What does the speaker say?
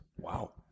Wow